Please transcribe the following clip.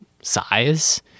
size